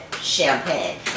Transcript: champagne